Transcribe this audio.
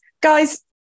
guys